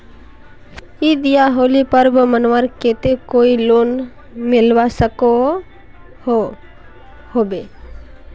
ईद या होली पर्व मनवार केते कोई लोन मिलवा सकोहो होबे?